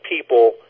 people